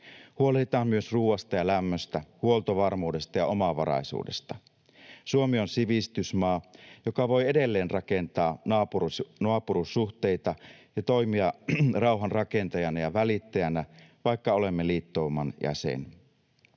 Huolehditaan myös ruoasta ja lämmöstä, huoltovarmuudesta ja omavaraisuudesta. Suomi on sivistysmaa, joka voi edelleen rakentaa naapuruussuhteita ja toimia rauhanrakentajana ja välittäjänä, vaikka olemme liittouman jäsen.